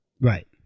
Right